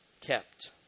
kept